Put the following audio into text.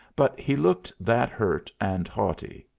but he looked that hurt and haughty.